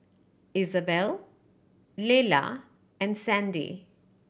Isabell Lelah and Sandy